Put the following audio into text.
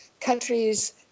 countries